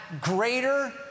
greater